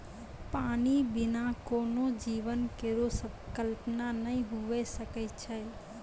पानी बिना कोनो जीवन केरो कल्पना नै हुए सकै छै?